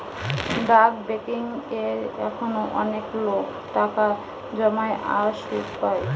ডাক বেংকিং এ এখনো অনেক লোক টাকা জমায় আর সুধ পায়